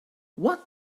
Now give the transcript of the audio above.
what